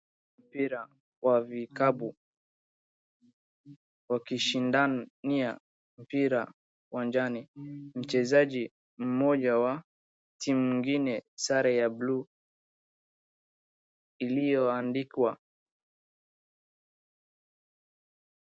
Mpira wa vikapu wakishindania mpira uwanjani. Mchezaji mmoja wa timu ingine, sare ya buluu ilioandikwa.